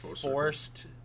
forced